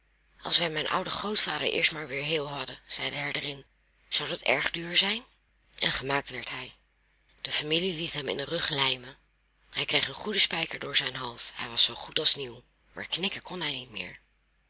als wij mijn ouden grootvader eerst maar weer heel hadden zei de herderin zou dat erg duur zijn en gemaakt werd hij de familie liet hem in den rug lijmen hij kreeg een goeden spijker door zijn hals hij was zoo goed als nieuw maar knikken kon hij niet meer